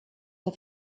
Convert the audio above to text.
der